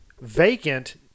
vacant